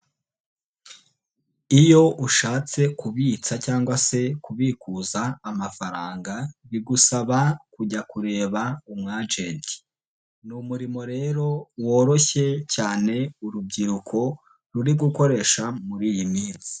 Iyo ushatse kubitsa cyangwa se kubikuza amafaranga, bigusaba kujya kureba umu agenti. Ni umurimo rero woroshye cyane urubyiruko ruri gukoresha muri iyi minsi.